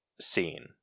scene